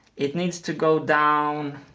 it needs to go down.